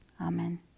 amen